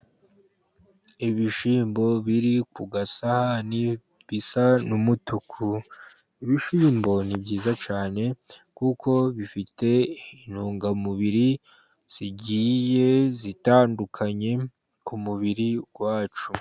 Ibishyimbo biri ku gasahani bisa n'umutuku. Ibishyimbo ni byiza cyane kuko bifite intungamubiri zigiye zitandukanye, ku mubiri wacu.